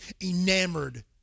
enamored